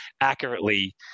accurately